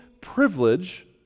privilege